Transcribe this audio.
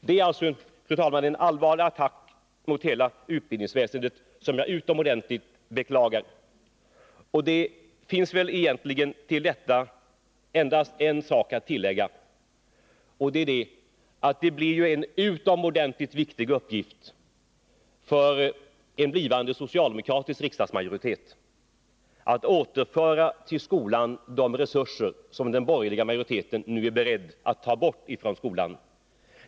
Det är alltså, fru talman, en allvarlig attack mot hela utbildningsväsendet, som jag starkt beklagar. Det finns väl egentligen endast en sak att tillägga till detta, och det är att det blir en utomordentligt viktig uppgift för en blivande socialdemokratisk majoritet att återföra till skolan de resurser som den borgerliga majoriteten nu är beredd att ta bort från skolan.